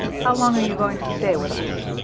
how long are you going to stay with us?